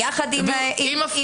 -- עם חברות הכנסת,